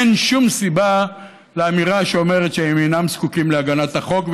אין שום סיבה לאמירה שהם אינם זקוקים להגנת החוק.